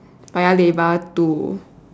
Paya-Lebar to